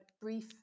brief